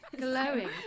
Glowing